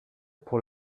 pour